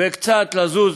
וקצת לזוז